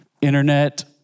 Internet